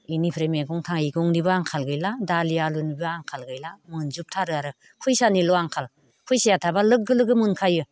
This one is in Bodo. बेनिफ्राय मेगं थाइगंनिबो आंखाल गैला दालि आलुनिबो आंखाल गैला मोनजोब थारो आरो फैसानिल' आंखाल फैसाया थाबा लोगो लोगो मोनखायो